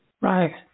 Right